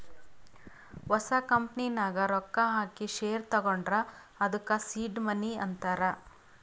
ಹೊಸ ಕಂಪನಿ ನಾಗ್ ರೊಕ್ಕಾ ಹಾಕಿ ಶೇರ್ ತಗೊಂಡುರ್ ಅದ್ದುಕ ಸೀಡ್ ಮನಿ ಅಂತಾರ್